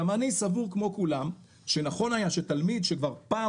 גם אני סבור כמו כולם שנכון היה שתלמיד שכבר פעם